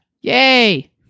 Yay